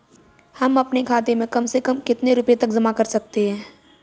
हम अपने खाते में कम से कम कितने रुपये तक जमा कर सकते हैं?